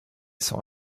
saw